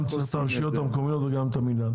גם הרשויות המקומיות וגם המנהל.